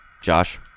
Josh